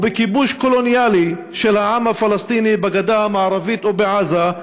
ובכיבוש קולוניאלי של העם הפלסטיני בגדה המערבית ובעזה,